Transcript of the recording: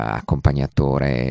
accompagnatore